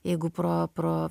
jeigu pro pro